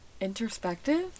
introspective